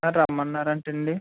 sir రమ్మన్నారు అంటండి